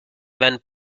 when